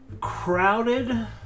crowded